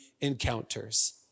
encounters